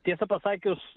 tiesą pasakius